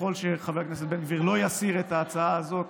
ככל שחבר הכנסת בן גביר לא יסיר את ההצעה הזאת,